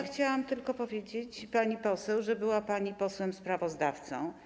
Chciałam tylko powiedzieć, pani poseł, że była pani posłem sprawozdawcą.